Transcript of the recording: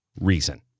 reason